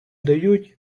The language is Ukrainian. дають